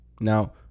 Now